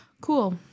cool